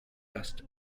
cast